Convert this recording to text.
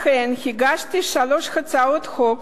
לכן הגשתי שלוש הצעות חוק